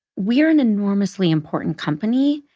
we are an enormously important company.